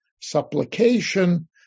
supplication